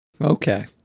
Okay